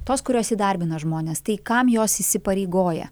tos kurios įdarbina žmones tai kam jos įsipareigoja